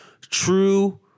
true